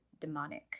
demonic